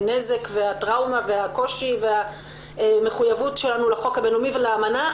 הנזק, הטראומה, הקושי והמחויבות שלנו לאמנה.